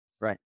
Right